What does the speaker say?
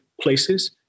places